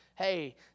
Hey